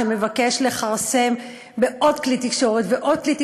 שמבקש לכרסם בעוד כלי תקשורת ועוד כלי תקשורת,